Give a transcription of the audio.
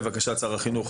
לבקשת שר החינוך,